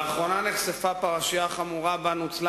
לאחרונה נחשפה פרשה חמורה שבה נוצלה